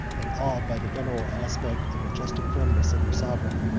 and awed by the venerable aspect and majestic firmness of their sovereign,